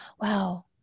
wow